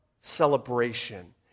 celebration